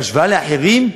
אבל בהשוואה לאחרים,